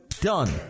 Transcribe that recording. Done